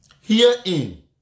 Herein